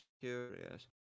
curious